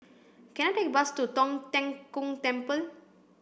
can I take a bus to Tong Tien Kung Temple